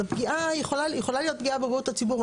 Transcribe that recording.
אז הפגיעה יכולה להיות פגיעה בבריאות הציבור.